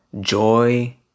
joy